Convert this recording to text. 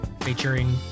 featuring